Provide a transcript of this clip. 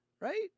Right